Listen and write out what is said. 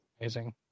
amazing